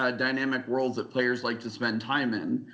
ah dynamic worlds that players like to spend time in.